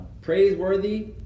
Praiseworthy